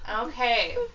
Okay